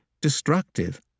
destructive